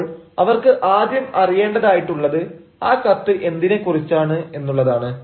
അപ്പോൾ അവർക്ക് ആദ്യം അറിയേണ്ടതായിട്ടുള്ളത് ആ കത്ത് എന്തിനെകുറിച്ചാണ് എന്നുള്ളതാണ്